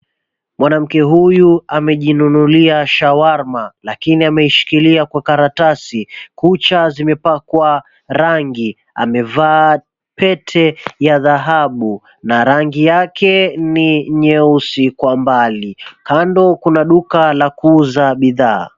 Mwanamke huyu amejinunulia shawarma lakini ameishikilia kwa karatasi. Kucha zimepakwa rangi, amevaa pete ya dhahabu na rangi yake ni nyeusi kwa mbali. Kando kuna duka la kuuza bidhaa.